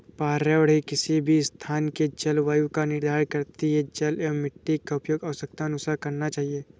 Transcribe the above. पर्यावरण ही किसी भी स्थान के जलवायु का निर्धारण करती हैं जल एंव मिट्टी का उपयोग आवश्यकतानुसार करना चाहिए